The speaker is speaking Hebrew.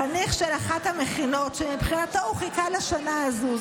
חניך של אחת המכינות, שמבחינתו הוא חיכה לשנה הזו.